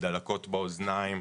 מדלקות באוזניים,